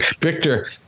Victor